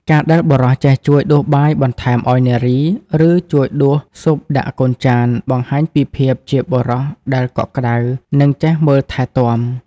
ការដែលបុរសចេះជួយដួសបាយបន្ថែមឱ្យនារី ឬជួយដួសស៊ុបដាក់កូនចាន បង្ហាញពីភាពជាបុរសដែលកក់ក្ដៅ និងចេះមើលថែទាំ។